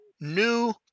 new